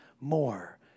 more